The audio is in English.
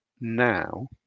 now